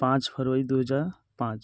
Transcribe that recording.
पाँच फरवारी दो हज़ार पाँच